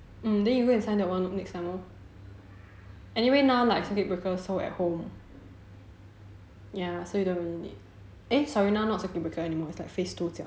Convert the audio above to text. mm then you go and sign that one next time lor anyway now like circuit breaker so at home so you don't really need eh sorry now not circuit breaker anymore it's like phase two